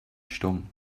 stumm